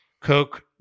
Coke